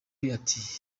ati